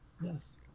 Yes